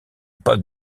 pas